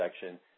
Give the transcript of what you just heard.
section